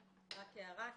הערה.